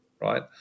right